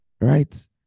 right